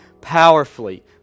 powerfully